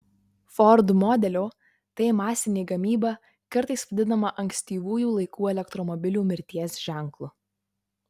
ford modelio t masinė gamyba kartais vadinama ankstyvųjų laikų elektromobilių mirties ženklu